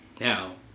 Now